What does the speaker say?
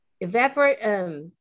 evaporate